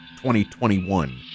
2021